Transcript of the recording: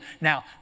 Now